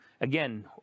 again